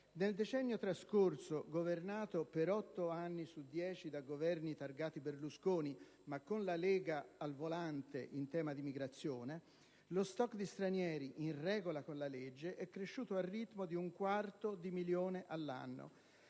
Nel decennio trascorso - governato per 8 anni su 10 da Governi targati Berlusconi, ma con la Lega al volante in tema di immigrazione - lo *stock* di stranieri in regola con la legge è cresciuto al ritmo di un quarto di milione all'anno.